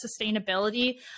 sustainability